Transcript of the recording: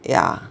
yeah